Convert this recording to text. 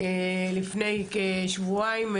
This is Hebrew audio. לפני כשבועיים,